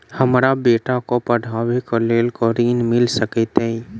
हमरा बेटा केँ पढ़ाबै केँ लेल केँ ऋण मिल सकैत अई?